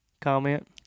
comment